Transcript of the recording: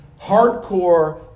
hardcore